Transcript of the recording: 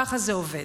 ככה זה עובד.